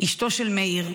אשתו של מאיר,